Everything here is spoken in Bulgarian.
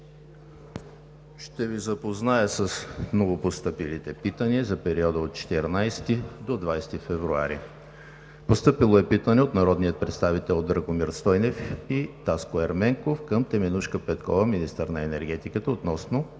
Ще Ви запозная с новопостъпилите питания за периода от 14 до 20 февруари от: - народните представители Драгомир Стойнев и Таско Ерменков към Теменужка Петкова – министър на енергетиката, относно